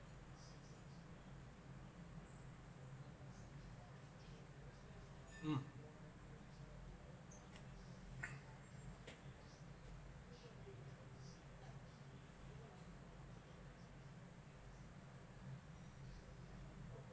mm